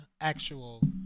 actual